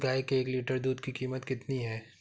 गाय के एक लीटर दूध की कीमत कितनी है?